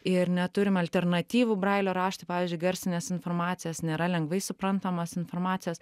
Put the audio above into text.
ir neturime alternatyvų brailio raštui pavyzdžiui garsinės informacijos nėra lengvai suprantamos informacijos